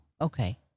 okay